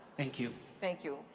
thank you. thank you.